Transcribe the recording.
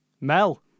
Mel